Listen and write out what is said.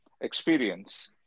experience